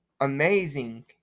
amazing